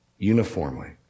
Uniformly